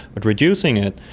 but reducing it,